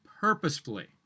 purposefully